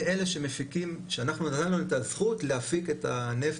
אלה שאנחנו נתנו להם את הזכות להפיק את הנפט,